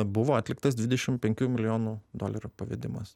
buvo atliktas dvidešimt penkių milijonų dolerių pavedimas